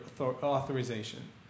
authorization